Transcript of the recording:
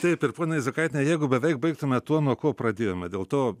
taip ir ponia izokaitiene jeigu beveik baigtume tuo nuo ko pradėjome dėl to